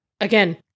Again